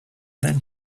then